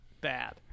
bad